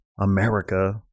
America